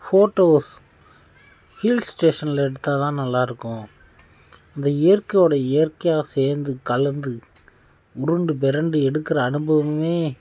photos hill ஸ்டேஷன்ல எடுத்தால் தான் நல்லா இருக்கும் இந்த இயற்கையோட இயற்கையாக சேர்ந்து கலந்து உருண்டு பிரண்டு எடுக்கிற அனுபவமே